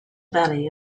valley